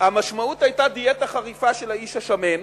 המשמעות היתה דיאטה חריפה של האיש השמן,